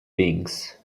beings